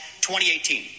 2018